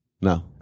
No